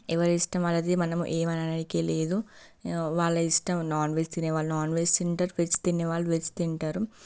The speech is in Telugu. ఎవరిష్టం వాళ్లది మనం ఏమనడానికి లేదు వాళ్ళ ఇష్టం నాన్వెజ్ తినే వాళ్ళు నాన్వెజ్ తింటారు వెజ్ తినే వాళ్ళు వెజ్ తింటారు